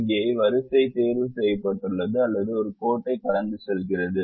இங்கே வரிசை தேர்வு செய்யப்பட்டுள்ளது அல்லது ஒரு கோட்டைக் கடந்து செல்கிறது